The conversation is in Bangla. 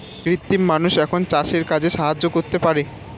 কৃত্রিম মানুষ এখন চাষের কাজে সাহায্য করতে পারে